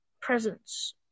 presence